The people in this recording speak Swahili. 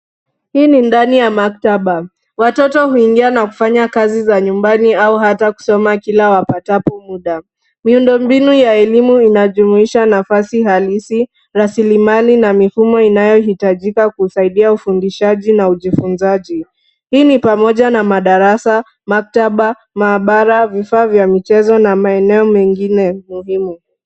Hii ni ndani ya maktaba. Watoto huingia na kufanya kazi za nyumbani au hata kusoma kila wapatapo muda. Miundo mbinu ya elimu inajumuisha nafasi halisi, rasilimali na mifumo inayohitajika kusaidia ufundishaji na ujifunzaji. Hii ni pamoja na madarasa, maktaba, maabara, vifaa vya michezo na maeneo mengine muhimu.